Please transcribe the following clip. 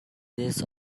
this